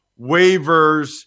waivers